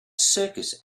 circus